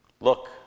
Look